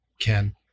Ken